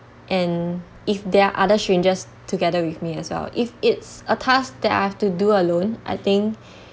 and if there are other strangers together with me as well if it's a task that I have to do alone I think